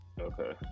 okay